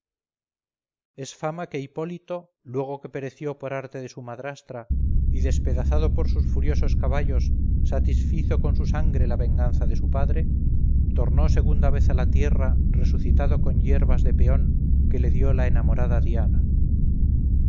es fama que hipólito luego que pereció por arte de su madrastra y despedazado por sus furiosos caballos satisfizo con su sangre la venganza de su padre tornó segunda vez a la tierra resucitado con hierbas de peón que le dio la enamorada diana